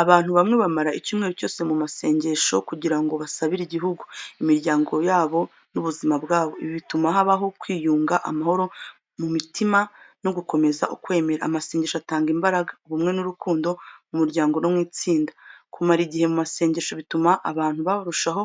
Abantu bamwe bamara icyumweru cyose mu masengesho kugira ngo basabire igihugu, imiryango yabo n’ubuzima bwabo. Ibi bituma habaho kwiyunga, amahoro mu mitima no gukomeza ukwemera. Amasengesho atanga imbaraga, ubumwe n’urukundo mu muryango no mu itsinda. Kumara igihe mu masengesho bituma abantu barushaho